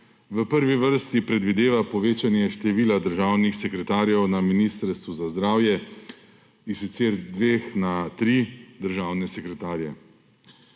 v prvi vrsti predvideva povečanje števila državnih sekretarjev na Ministrstvu za zdravje, in sicer z dveh na tri državne sekretarje.